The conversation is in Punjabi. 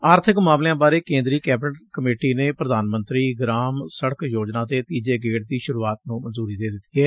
ਆਰਥਿਕ ਮਾਮਲਿਆਂ ਬਾਰੇ ਕੇਦਰੀ ਕੈਬਨਿਟ ਕਮੇਟੀ ਨੇ ਪ੍ਰਧਾਨ ਮੰਤਰੀ ਗਰਾਮ ਸੜਕ ਯੋਜਨਾ ਦੇ ਤੀਜੇ ਗੇੜ ਦੀ ਸੁਰੁਆਤ ਨੁੰ ਮਨਜੁਰੀ ਦੇ ਦਿੱਤੀ ਏ